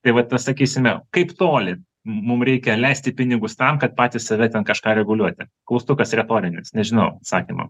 tai vat tas sakysime kaip toli mum reikia leisti pinigus tam kad patys save ten kažką reguliuoti klaustukas retorinis nežinau atsakymo